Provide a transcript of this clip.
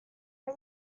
are